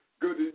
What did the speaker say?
good